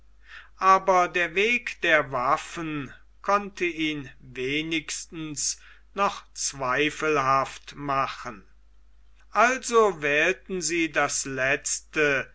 aber der weg der waffen konnte ihn wenigstens noch zweifelhaft machen also wählten sie das letzte